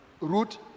route